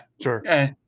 Sure